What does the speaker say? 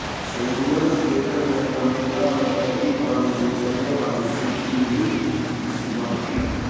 Samuel Slater ने America में पहली पानी से चलने वाली सूती मिल की शुरुआत की